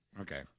Okay